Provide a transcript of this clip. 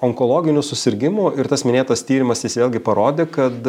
onkologinių susirgimų ir tas minėtas tyrimas jis vėlgi parodė kad